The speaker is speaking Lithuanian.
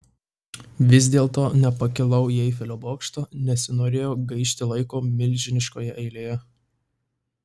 vis dėlto nepakilau į eifelio bokštą nesinorėjo gaišti laiko milžiniškoje eilėje